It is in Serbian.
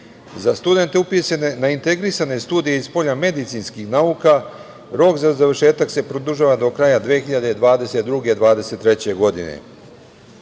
Za studente upisane na integrisane studije iz polja medicinskih nauka, rok za završetak se produžava do kraja 2022./23. godine. Ovo